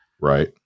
Right